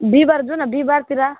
बिहीवार जाऔँ न बिहीवारतिर